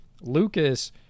Lucas